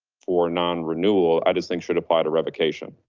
for non-renewal i just think should apply to revocation.